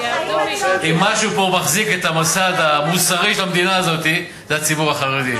אם משהו פה מחזיק את המסד המוסרי במדינה הזאת זה הציבור החרדי,